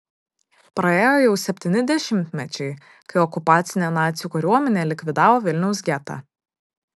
praėjo jau septyni dešimtmečiai kai okupacinė nacių kariuomenė likvidavo vilniaus getą